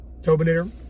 Tobinator